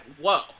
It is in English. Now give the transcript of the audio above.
whoa